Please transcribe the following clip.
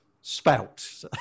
spout